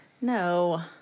No